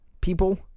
People